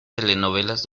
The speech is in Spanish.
telenovelas